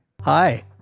hi